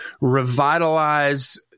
revitalize